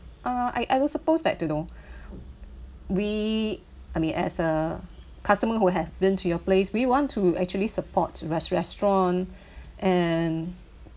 err I I was supposed like don't know we I mean as a customer who have been to your place we want to actually support res~ restaurant and